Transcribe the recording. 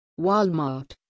walmart